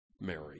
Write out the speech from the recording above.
Mary